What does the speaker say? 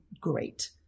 great